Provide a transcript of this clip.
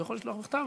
הוא יכול לשלוח בכתב,